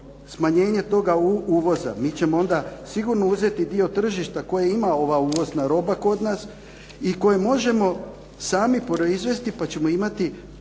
smanjenje toga uvoza. Mi ćemo onda sigurno uzeti dio tržišta koje ima ova uvozna roba kod nas i koju možemo sami proizvesti pa ćemo imati